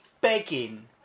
begging